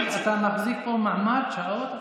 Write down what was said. אנחנו רואים שלצערנו הרע זה מתחיל עוד הפעם,